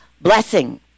blessing